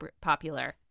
popular